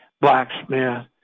blacksmith